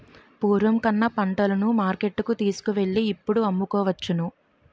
పూర్వం కన్నా పంటలను మార్కెట్టుకు తీసుకువెళ్ళి ఇప్పుడు అమ్ముకోవచ్చును